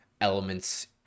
elements